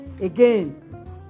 again